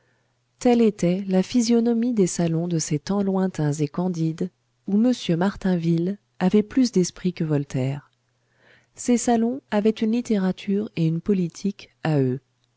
telle était la physionomie des salons de ces temps lointains et candides où m martainville avait plus d'esprit que voltaire ces salons avaient une littérature et une politique à eux